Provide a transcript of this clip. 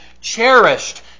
cherished